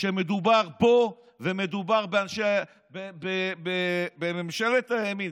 כשמדובר פה, ומדובר בממשלת הימין.